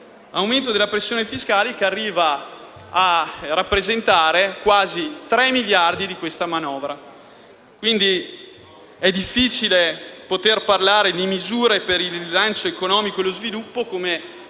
dall'aumento della pressione fiscale, che arriva a rappresentare quasi 3 miliardi di questa manovra. È quindi difficile poter parlare di misure per il rilancio economico e lo sviluppo, come questo